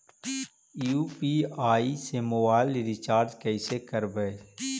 UPI से mobile recharge कैसे करबइ?